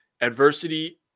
adversity